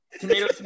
tomato